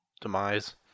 demise